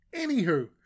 anywho